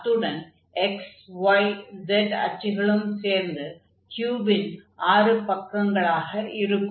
அத்துடன் மூன்று கோஆர்டினேட் ப்ளேன்களுடன் சேர்ந்து க்யூபின் ஆறு பக்கங்களாக இருக்கும்